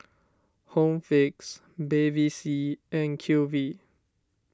Home Fix Bevy C and Q V